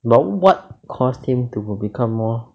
but what caused him to become more